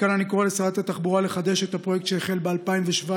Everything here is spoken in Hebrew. מכאן אני קורא לשרת התחבורה לחדש את הפרויקט שהחל ב-2017,